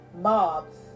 mobs